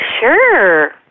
Sure